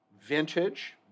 vintage